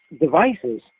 devices